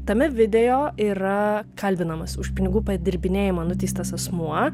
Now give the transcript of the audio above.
tame video yra kalbinamas už pinigų padirbinėjimą nuteistas asmuo